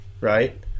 Right